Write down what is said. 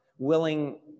willing